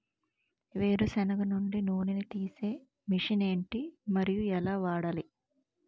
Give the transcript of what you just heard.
వేరు సెనగ నుండి నూనె నీ తీసే మెషిన్ ఏంటి? మరియు ఎలా వాడాలి?